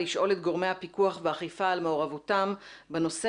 לשאול את גורמי הפיקוח והאכיפה על מעורבותם בנושא